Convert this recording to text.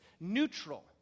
neutral